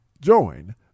join